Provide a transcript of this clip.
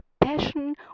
passion